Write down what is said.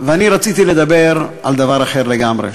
אני רציתי לדבר על דבר אחר לגמרי,